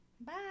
Bye